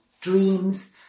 dreams